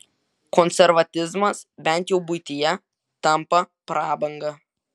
konservatizmas bent jau buityje tampa prabanga